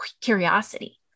curiosity